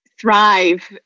thrive